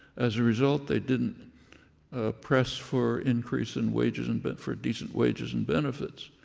as a result, they didn't press for increase in wages and but for decent wages and benefits.